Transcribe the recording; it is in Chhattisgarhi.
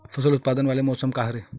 फसल उत्पादन वाले मौसम का हरे?